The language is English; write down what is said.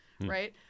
Right